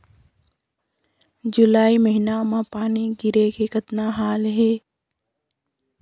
जुलाई महीना म पानी गिरे के कतना हाल हे?